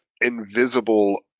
invisible